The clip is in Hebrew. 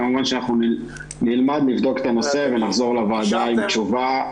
כמובן שאנחנו נלמד ונבדוק את הנושא ונחזור לוועדה עם תשובה.